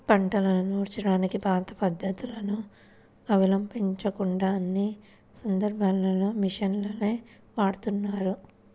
పంటను నూర్చడానికి పాత పద్ధతులను అవలంబించకుండా అన్ని సందర్భాల్లోనూ మిషన్లనే వాడుతున్నారు